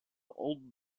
old